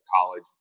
college